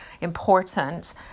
important